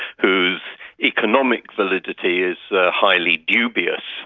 whose economic validity is highly dubious.